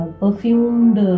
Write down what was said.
perfumed